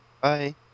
Bye